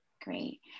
Great